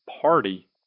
party